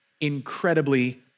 incredibly